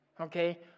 okay